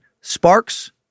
sparks